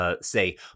Say